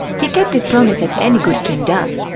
he kept his promise as any good king does.